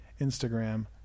Instagram